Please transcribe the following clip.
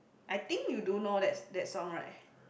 I think you do know that that song right